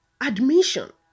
admission